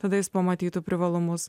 tada jis pamatytų privalumus